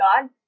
God